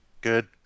Good